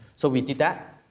so, we did that,